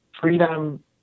freedom